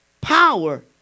power